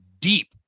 deep